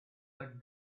but